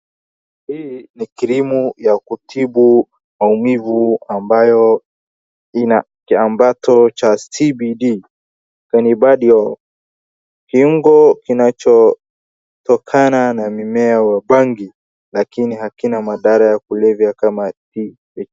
Hii ni cream[ucs] ya kutibu maumivu ambayo inakiambato cha CBD . Cannabidiol . Kiungo kinachotokana na mimea wa bangi lakini hakina madhara ya kulevya kama TH .